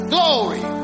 Glory